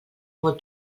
molt